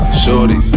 shorty